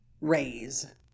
raise